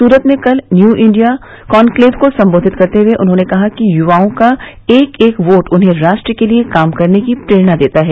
सुरत में कल new India conclave को सम्बोधित करते हुए उन्होंने कहा कि युवाओं का एक एक वोट उन्हें राष्ट्र के लिए काम करने की प्रेरणा देता है